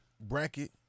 bracket